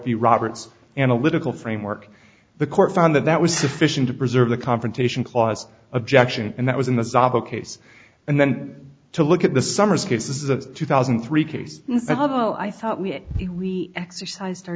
the roberts analytical framework the court found that that was sufficient to preserve the confrontation clause objection and that was in the case and then to look at the summer's cases of two thousand and three case well i thought we exercise